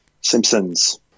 Simpsons